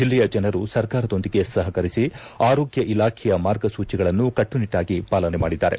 ಜಿಲ್ಲೆಯ ಜನರು ಸರ್ಕಾರದೊಂದಿಗೆ ಸಹಕರಿಸಿ ಆರೋಗ್ಯ ಇಲಾಖೆಯ ಮಾರ್ಗಸೂಚಿಗಳನ್ನು ಕಟ್ಟುನಿಟ್ಟಾಗಿ ಪಾಲನೆ ಮಾಡಿದ್ದಾರೆ